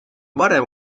varem